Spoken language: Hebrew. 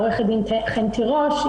עורכת הדין חן תירוש.